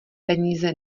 peníze